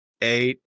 eight